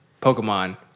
Pokemon